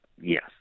Yes